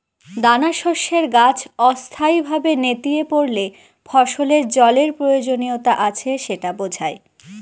দানাশস্যের গাছ অস্থায়ীভাবে নেতিয়ে পড়লে ফসলের জলের প্রয়োজনীয়তা আছে সেটা বোঝায়